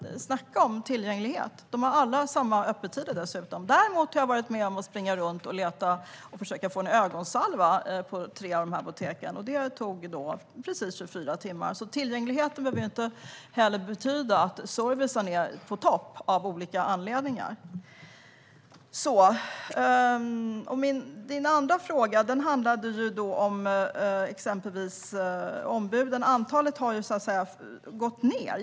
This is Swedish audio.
Snacka om tillgänglighet! Dessutom har alla samma öppettider. Däremot har jag varit med om att springa runt och försöka att få tag i en ögonsalva på tre av de här apoteken, vilket tog precis 24 timmar. Tillgänglighet behöver alltså inte betyda att servicen är på topp, av olika anledningar. Din andra fråga, Emma Henriksson, handlade om ombuden. Antalet ombud har gått ned.